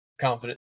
confident